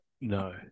No